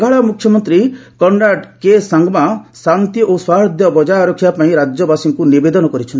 ମେଘାଳୟ ମ୍ରଖ୍ୟମନ୍ତ୍ରୀ Conrad K Sangma ଶାନ୍ତି ଓ ସୌହାର୍ଦ୍ଧ୍ୟ ବଜାୟ ରଖିବା ପାଇଁ ରାଜ୍ୟବାସୀଙ୍କୁ ନିବେଦନ କରିଛନ୍ତି